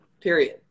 Period